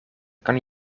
kan